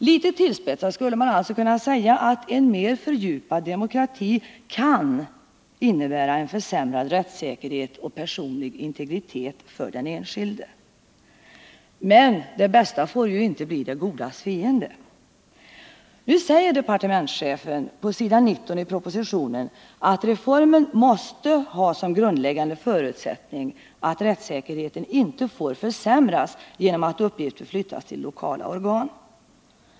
Litet tillspetsat kan man alltså säga att en mer fördjupad demokrati kan innebära försämrad rättssäkerhet och försämrad personlig integritet för den enskilde. Men det bästa får ju inte bli det godas fiende! Departementschefen säger på s. 19 i propositionen att reformen ”måste ha som en grundläggande förutsättning att rättssäkerheten inte får försämras genom att uppgifter flyttas till lokala organ”.